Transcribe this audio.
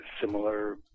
similar